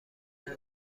نحوه